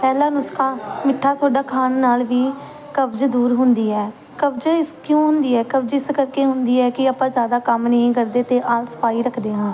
ਪਹਿਲਾ ਨੁਸਖਾ ਮਿੱਠਾ ਸੋਡਾ ਖਾਣ ਨਾਲ ਵੀ ਕਬਜ਼ ਦੂਰ ਹੁੰਦੀ ਹੈ ਕਬਜ਼ ਇਸ ਕਿਉਂ ਹੁੰਦੀ ਹੈ ਕਬਜ਼ ਇਸ ਕਰਕੇ ਹੁੰਦੀ ਹੈ ਕਿ ਆਪਾਂ ਜ਼ਿਆਦਾ ਕੰਮ ਨਹੀਂ ਕਰਦੇ ਅਤੇ ਆਲਸ ਪਾਈ ਰੱਖਦੇ ਹਾਂ